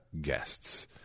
guests